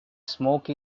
smoke